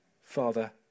Father